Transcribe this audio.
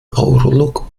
avroluk